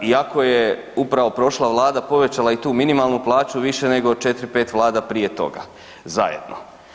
Iako je upravo prošla vlada povećala i tu minimalnu plaću više nego 4,5 vlada prije toga zajedno.